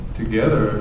together